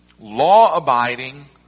law-abiding